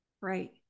Right